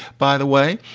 by the way,